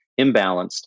imbalanced